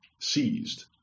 seized